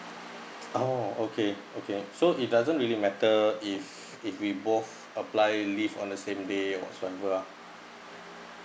oh okay okay so it doesn't really matter if if we both apply leave on the same day or whatever ah